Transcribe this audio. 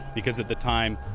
because at the time,